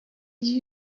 you